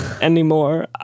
anymore